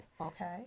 Okay